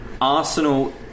Arsenal